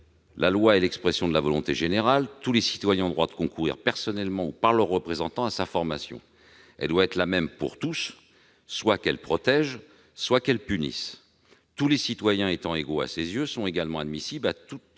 La loi est l'expression de la volonté générale. Tous les citoyens ont droit de concourir personnellement, ou par leurs représentants, à sa formation. Elle doit être la même pour tous, soit qu'elle protège, soit qu'elle punisse. Tous les citoyens étant égaux à ses yeux sont également admissibles à toutes